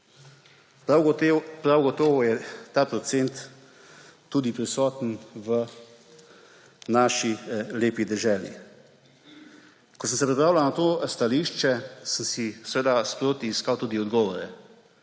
Prav gotovo je ta procent tudi prisoten v naši lepi deželi. Ko sem se pripravljal na to stališče, sem si seveda sproti iskal tudi odgovore,